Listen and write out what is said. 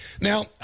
Now